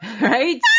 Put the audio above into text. right